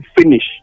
finish